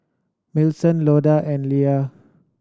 Millicent Loda and Leia